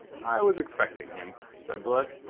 i was expecting him, said blood.